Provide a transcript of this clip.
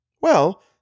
Well